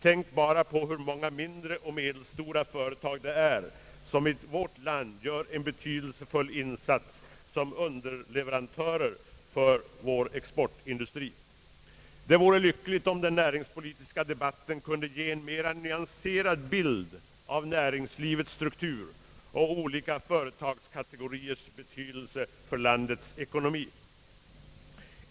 Tänk bara på hur många mindre och medelstora företag det är i vårt land som gör en betydelsefull insats såsom underleverantörer till vår exportindustri! Det vore lyckligt om den näringspolitiska debatten kunde ge en mer nyanserad bild av näringslivets struktur och olika företagskate goriers betydelse för landets ekonomi.